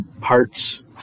parts